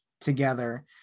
together